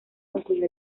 concluyó